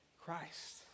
Christ